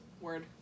Word